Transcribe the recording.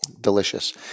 Delicious